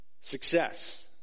success